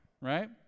right